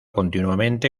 continuamente